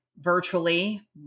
virtually